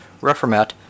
Reformat